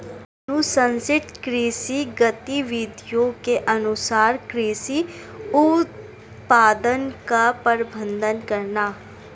अनुशंसित कृषि गतिविधियों के अनुसार कृषि उत्पादन का प्रबंधन करना